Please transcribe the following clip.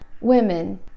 women